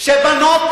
שבנות